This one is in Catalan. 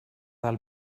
del